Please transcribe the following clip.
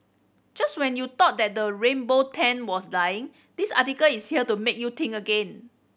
just when you thought that the rainbow trend was dying this article is here to make you think again